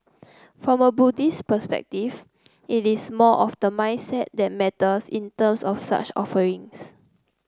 from a Buddhist perspective it is more of the mindset that matters in terms of such offerings